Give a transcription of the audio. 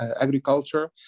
agriculture